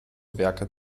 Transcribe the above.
werke